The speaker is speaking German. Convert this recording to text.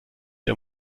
der